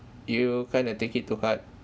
you kind of take it to heart